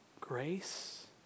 Grace